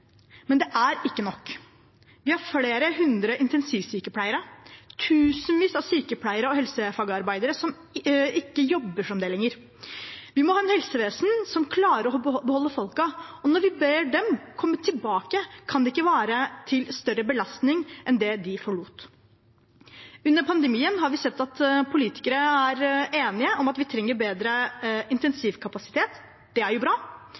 men det er ikke nok. Vi har flere hundre intensivsykepleiere, tusenvis av sykepleiere og helsefagarbeidere som ikke jobber som det lenger. Vi må ha et helsevesen som klarer å beholde folkene, og når vi ber dem komme tilbake, kan det ikke være til en større belastning enn den de forlot. Under pandemien har vi sett at politikere er enige om at vi trenger bedre intensivkapasitet. Det er jo bra,